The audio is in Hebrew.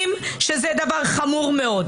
עשינו שם דיונים חשובים.